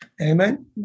Amen